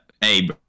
Hey